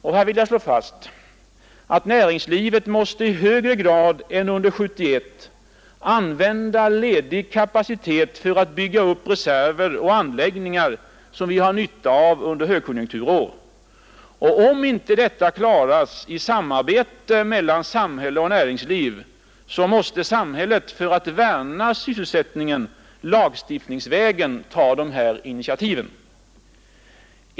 Jag vill också slå fast att näringslivet i högre grad än under 1971 måste använda ledig kapacitet för att bygga upp reserver och anläggningar, som vi har nytta av under högkonjunkturår. Om inte detta klaras i samarbete mellan samhälle och näringsliv, så måste samhället för att värna sysselsättningen ta dessa initiativ lagstiftningsvägen.